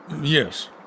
Yes